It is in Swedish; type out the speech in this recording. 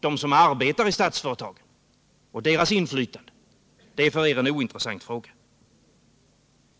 De som arbetar i statsföretagen och deras inflytande är för er en ointressant fråga.